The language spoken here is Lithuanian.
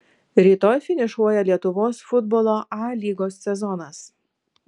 rytoj finišuoja lietuvos futbolo a lygos sezonas